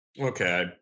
Okay